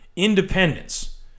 Independence